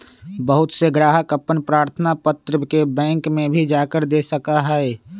बहुत से ग्राहक अपन प्रार्थना पत्र के बैंक में भी जाकर दे सका हई